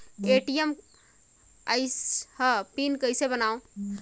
ATM आइस ह pin कइसे बनाओ?